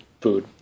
food